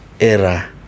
era